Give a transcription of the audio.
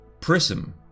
prism